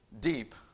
deep